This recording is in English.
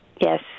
Yes